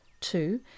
two